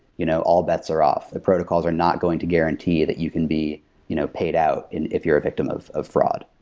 you know all bets are off. the protocols are not going to guarantee that you can be you know paid out if you're a victim of of fraud.